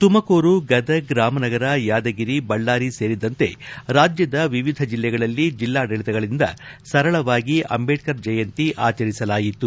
ತುಮಕೂರು ಗದಗ್ ರಾಮನಗರ ಯಾದಗಿರಿ ಬಳ್ಮಾರಿ ಸೇರಿದಂತೆ ರಾಜ್ವದ ಎವಿಧ ಜಿಲ್ಲೆಗಳಲ್ಲಿ ಜಿಲ್ಲಾಡಳಿತಗಳಿಂದ ಸರಳವಾಗಿ ಅಂಬೇಡ್ಕರ್ ಜಯಂತಿಯನ್ನು ಆಚರಿಸಲಾಯಿತು